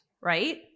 right